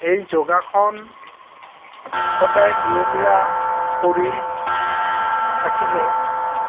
এই যোগাসন সদায় নিয়মীয়া কৰি থাকিলে